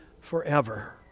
forever